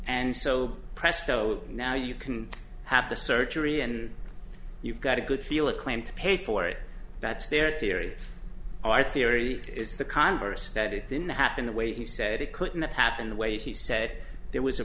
and so presto now you can have the surgery and you've got a good feel of claim to pay for it that's their theory i theory is the converse that it didn't happen the way he said it couldn't have happened the way he said there was